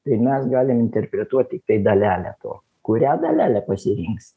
tai mes galim interpretuoti tai dalelę to kurią dalelė pasirinks